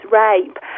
rape